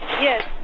yes